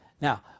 Now